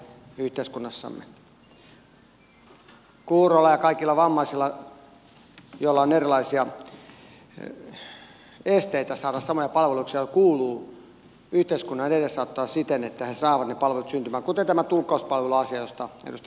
kuuroja ja kaikkia vammaisia joilla on erilaisia esteitä saada samoja palveluja kuuluu yhteiskunnan auttaa siten että he saavat ne palvelut kuten on tämä tulkkauspalveluasia josta edustaja louhelainenkin mainitsi